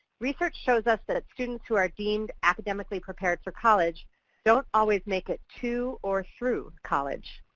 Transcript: research shows us that students who are deemed academically prepared for college don't always make it to or through college.